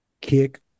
Kick